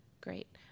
great